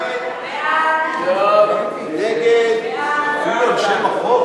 שם החוק